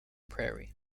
prairie